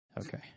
Okay